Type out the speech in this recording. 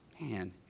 Man